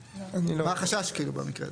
מה החשש, כאילו, במקרה הזה?